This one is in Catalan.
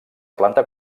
planta